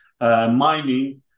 mining